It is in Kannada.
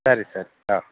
ಸರಿ ಸರಿ ಹಾಂ